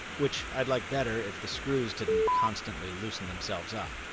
which i'd like better if the screws didn't constantly loosen themselves up.